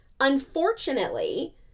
Unfortunately